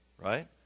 right